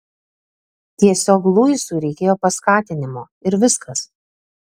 tiesiog luisui reikėjo paskatinimo ir viskas